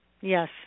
Yes